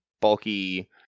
bulky